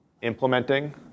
implementing